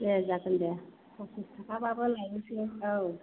दे जागोन दे फसिस थाखाबाबो लायनोसै औ